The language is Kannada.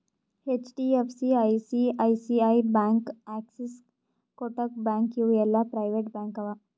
HDFC, ICICI bank, Axis, Kotak bank ಇವು ಎಲ್ಲಾ ಪ್ರೈವೇಟ್ ಬ್ಯಾಂಕ್ ಅವಾ